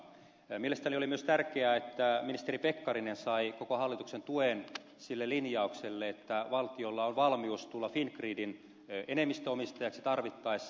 mielestäni oli myös tärkeää että ministeri pekkarinen sai koko hallituksen tuen sille linjaukselle että valtiolla on valmius tulla fingridin enemmistöomistajaksi tarvittaessa